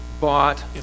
bought